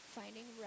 finding